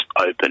open